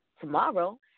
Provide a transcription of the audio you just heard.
tomorrow